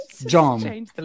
John